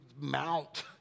mount